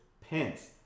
Pence